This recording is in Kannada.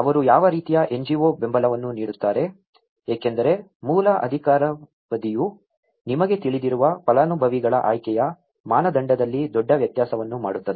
ಅವರು ಯಾವ ರೀತಿಯ NGO ಬೆಂಬಲವನ್ನು ನೀಡುತ್ತಾರೆ ಏಕೆಂದರೆ ಮೂಲ ಅಧಿಕಾರಾವಧಿಯು ನಿಮಗೆ ತಿಳಿದಿರುವ ಫಲಾನುಭವಿಗಳ ಆಯ್ಕೆಯ ಮಾನದಂಡದಲ್ಲಿ ದೊಡ್ಡ ವ್ಯತ್ಯಾಸವನ್ನು ಮಾಡುತ್ತದೆ